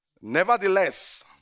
nevertheless